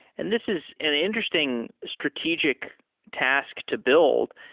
and this is an interesting strategic task to build,